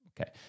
Okay